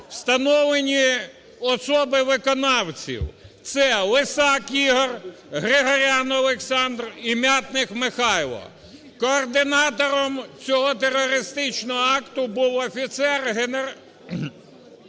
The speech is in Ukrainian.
Встановлені особи виконавців, це Лисак Ігор, Григорян Олександр і Мятних Михайло. Координатором цього терористичного акту був офіцер Головного